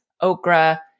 okra